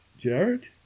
Jared